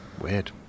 Weird